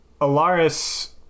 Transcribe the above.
Alaris